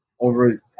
over